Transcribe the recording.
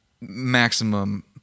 maximum